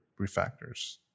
refactors